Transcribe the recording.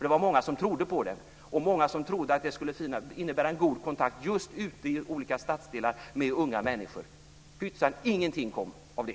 Det var många som trodde på den och många som trodde att den skulle innebära en god kontakt just ute i olika stadsdelar med unga människor. Pyttsan - inget kom ut av det!